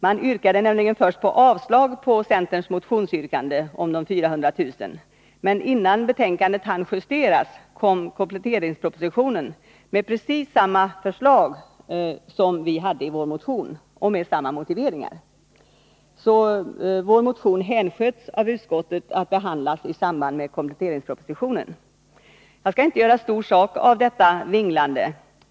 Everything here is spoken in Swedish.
De yrkade nämligen först avslag på centerns motion om de 400 000, men innan betänkandet hann slutjusteras kom kompletteringspropositionen med precis samma förslag som i vår motion och med samma motiveringar. Så motionen hänsköts av utskottet att behandlas i samband med kompletteringspropositionen. Jag skall inte göra stor sak av detta vinglande.